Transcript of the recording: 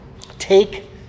Take